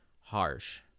harsh